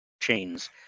chains